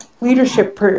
leadership